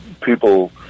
people